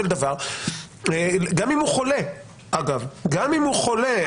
אם הוא חולה יש לי בעיה,